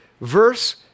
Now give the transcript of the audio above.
verse